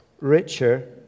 richer